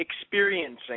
experiencing